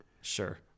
Sure